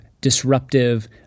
disruptive